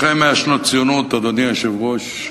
אחרי 100 שנות ציונות, אדוני היושב-ראש,